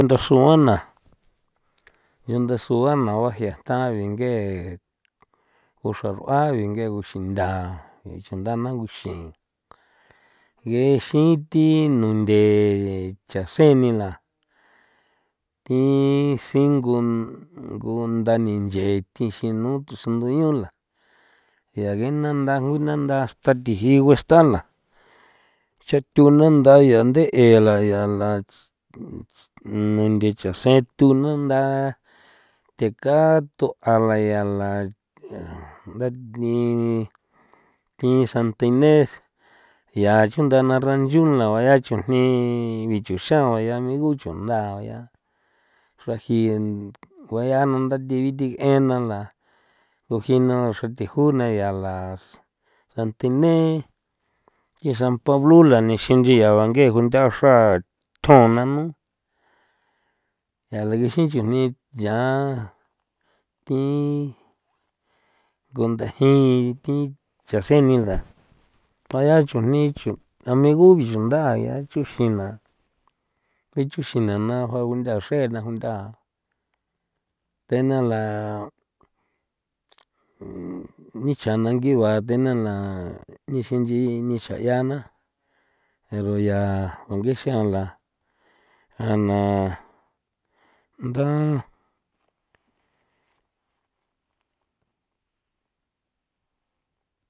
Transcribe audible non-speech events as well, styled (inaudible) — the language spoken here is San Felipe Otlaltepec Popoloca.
Ndasua na (noise) ya ndasua na baje'a ta binge (noise) ku xraru'a binge nguxintha guxinthaa na nguxi'i ngexin thi nunthe chan sen ni la thi singu ngunda ni nche thixin nutsjo ndu la yaa nge nanda nanda hasta tixi'in ngusta la xa chathu na nda ya nde'e la ya la nunthe cha sen thu na nda theka thu a la ya la (hesitation) ndathi thi santa inés ya chunda na xranchu la baya chujni bichuxan ba ya amigo chunda ba ya xra ji kueya na nda thi bithi k'ena la kujino xra thi june ya la santa iné y san pablo la nixin nchian bange kunthaxra thjon nanu ya la gexin chujni yaa thi ngu ntha ji thi chan sen ni la (noise) pa ya chujni chu amigu bichunda yaa (noise) chuxin na bichun xina na juntha'a xre na juntha'a te na la (noise) nichja na ngigua te na la nixi nchin nixan ya na pero ya bangexin an la an na ntha. (noise)